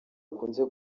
akunze